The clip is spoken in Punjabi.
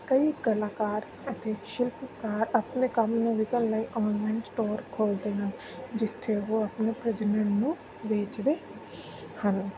ਕਈ ਕਲਾਕਾਰ ਅਤੇ ਸ਼ਿਲਪਕਾਰ ਆਪਣੇ ਕੰਮ ਨੂੰ ਵਿਕਣ ਲਈ ਔਨਲਾਈਨ ਸਟੋਰ ਖੋਲ੍ਹਦੇ ਹਨ ਜਿੱਥੇ ਉਹ ਆਪਣੀ ਨੂੰ ਵੇਚਦੇ ਹਨ